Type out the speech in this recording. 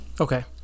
Okay